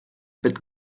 bett